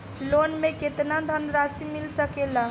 Loan मे केतना धनराशी मिल सकेला?